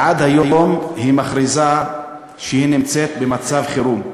עד היום היא מכריזה שהיא נמצאת במצב חירום.